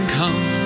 come